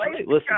Listen